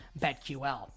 BetQL